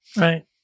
Right